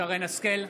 (קורא בשם חברת הכנסת) שרון השכל,